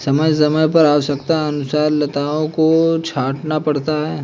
समय समय पर आवश्यकतानुसार लताओं को छांटना पड़ता है